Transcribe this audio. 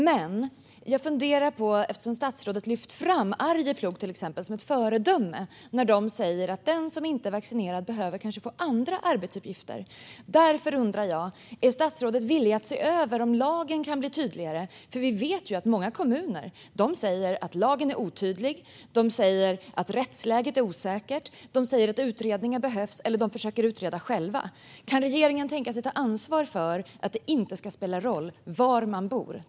Statsrådet har också lyft fram exempelvis Arjeplog som ett föredöme när de säger att den som inte är vaccinerad kanske behöver få andra arbetsuppgifter. Därför undrar jag: Är statsrådet villig att se över om lagen kan bli tydligare? Vi vet ju att många kommuner säger att lagen är otydlig och att rättsläget är osäkert. De säger att utredningar behövs, eller så försöker de utreda själva. Kan regeringen tänka sig att ta ansvar för att det inte ska spela någon roll var man bor?